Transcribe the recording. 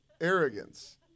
arrogance